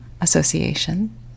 association